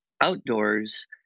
outdoors